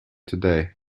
today